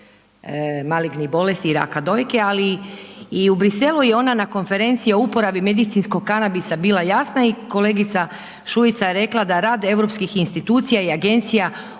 malignih bolesti i raka dojke, ali i u Bruxellesu je ona na Konferenciji o uporabi medicinskog kanabisa bila jasna i kolega Šuica je rekla da rad europskih institucija i agencija